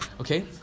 Okay